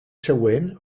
següent